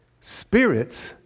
Spirits